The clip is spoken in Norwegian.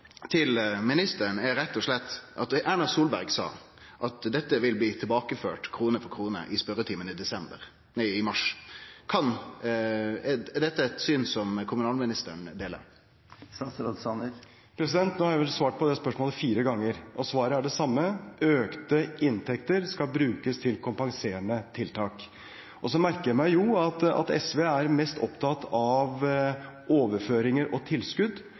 at dette vil bli tilbakeført krone for krone. Mitt spørsmål til ministeren er rett og slett: Er dette eit syn som kommunalministeren deler? Nå har jeg vel svart på det spørsmålet fire ganger, og svaret er det samme: Økte inntekter skal brukes til kompenserende tiltak. Jeg merker meg at SV er mest opptatt av overføringer og tilskudd.